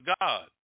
God